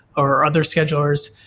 or other schedulers.